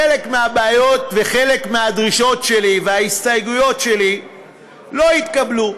חלק מהבעיות וחלק מהדרישות שלי וההסתייגויות שלי לא התקבלו,